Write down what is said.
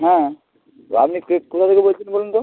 হ্যাঁ আপনি কে কোথা থেকে বলছেন বলুন তো